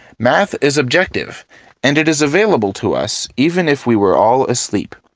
math is objective and it is available to us even if we were all asleep.